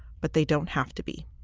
but they don't have to be.